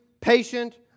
patient